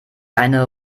eine